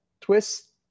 twist